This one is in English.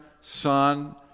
son